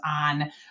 on